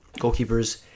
goalkeepers